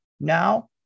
Now